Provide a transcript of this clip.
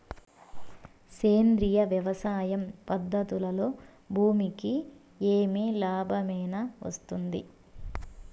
సేంద్రియ వ్యవసాయం పద్ధతులలో భూమికి ఏమి లాభమేనా వస్తుంది?